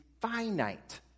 finite